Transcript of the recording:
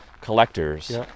collectors